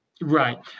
Right